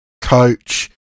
coach